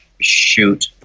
shoot